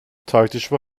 tartışma